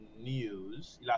news